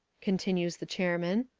continues the chairman,